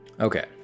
Okay